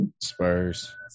Spurs